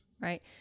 Right